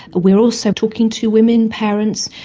we are also talking to women, parents,